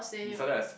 we started as friends